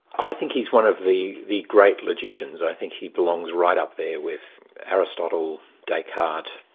i think he's one of the the great logicians i think he belongs right up there with aristotle, descartes,